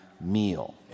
meal